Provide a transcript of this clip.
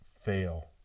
fail